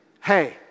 hey